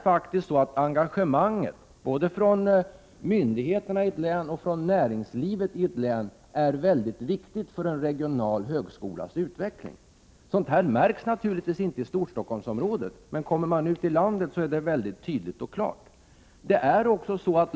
Faktum är att engagemanget både från myndigheterna i ett län och från näringslivet i ett län är mycket viktiga för en regional högskolas utveckling. Sådant märks naturligtvis inte i Storstockholmsområdet, men när man kommer ut i landet framgår detta klart och tydligt.